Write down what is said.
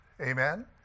Amen